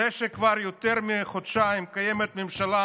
זה שכבר יותר מחודשיים קיימת ממשלה